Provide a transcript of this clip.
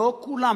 לא כולם.